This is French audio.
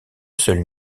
seule